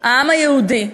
העם היהודי,